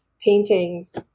paintings